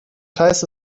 kreis